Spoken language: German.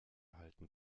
halten